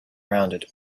rounded